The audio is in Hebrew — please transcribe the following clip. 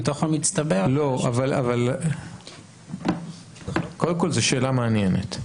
מתוך המצטבר --- קודם כל זו שאלה מעניינת,